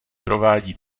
provádí